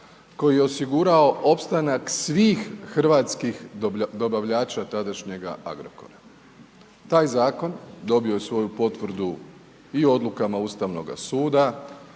koji je osigurao ostanak, svih hrvatskih dobavljača tadašnjega Agrokora. Taj zakon je dobio svoju potvrdu i odlukama Ustavnoga suda,